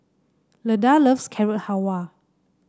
Leda loves Carrot Halwa